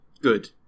Good